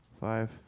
five